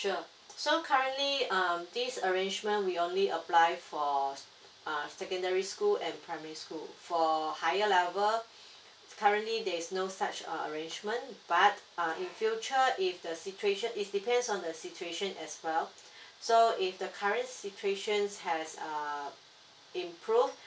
sure so currently err this arrangement we only apply for err secondary school and primary school for higher level currently there is no such err arrangement but err in future if the situation is depends on the situation as well so if the current situation has err improve